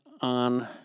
on